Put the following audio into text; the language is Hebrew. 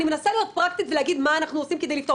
אני מנסה להיות פרקטית ולהגיד מה אנחנו עושים כדי לפתור.